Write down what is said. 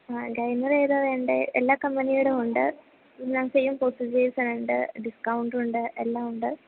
ആ ഗ്രൈൻഡർ ഏതാണ് വേണ്ടത് എല്ലാ കമ്പനിയുടെയുമുണ്ട് മാം സേം പ്രൊസീജേസുണ്ട് ഡിസ്കൗണ്ടുണ്ട് എല്ലാമുണ്ട്